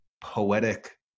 poetic